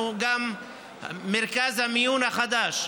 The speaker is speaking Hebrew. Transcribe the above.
מרכז המיון החדש,